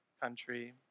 country